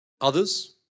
Others